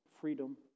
freedom